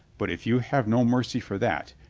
but if you have no mercy for that,